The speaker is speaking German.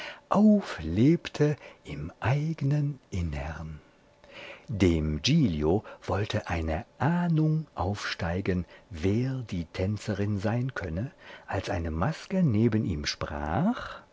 ergriffen auflebte im eignen innern dem giglio wollte eine ahnung aufsteigen wer die tänzerin sein könne als eine maske neben ihm sprach